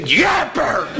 yapper